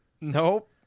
Nope